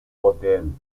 hotel